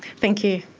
thank you.